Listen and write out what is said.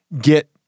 get